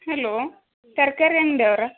hello ತರಕಾರಿ ಅಂಗಡಿಯವ್ರಾ